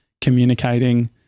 communicating